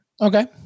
Okay